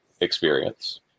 experience